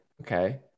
Okay